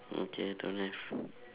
okay don't have